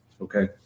Okay